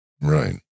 Right